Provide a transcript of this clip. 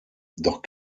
doch